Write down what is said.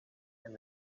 and